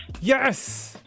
Yes